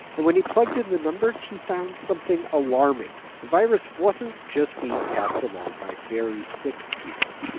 and when he plugged in the numbers, he found something alarming. the virus wasn't just being passed along by very sick people.